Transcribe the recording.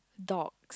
dogs